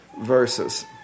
verses